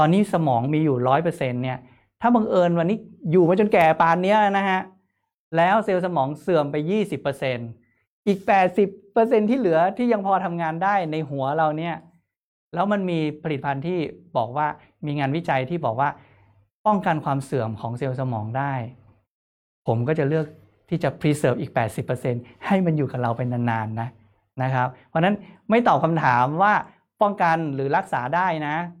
ตอนนี้สมองมีอยู่ 100% เนี่ย ถ้าบังเอิญวันนี้อยู่มาจนแก่ปานเนี้ยนะฮะ แล้วเซลล์สมองเสื่อมไป 20% อีก 80% ที่เหลือที่ยังพอทำงานได้ในหัวเราเนี่ย แล้วมันมีผลิตภัณฑ์ที่บอกว่ามีงานวิจัยที่บอกว่าป้องกันความเสื่อมของเซลล์สมองได้ ผมก็จะเลือกที่จะ preserve อีก 80% ให้มันอยู่กับเราไปนานๆ นะ นะครับ เพราะฉะนั้นไม่ตอบคำถามว่าป้องกันหรือรักษาได้นะ